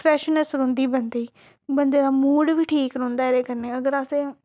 freshness रौंह्दी बंदे गी बंदे दा मूड़ बी ठीक रौंह्दा एह्दे कन्नै अगर असें